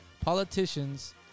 politicians